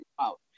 out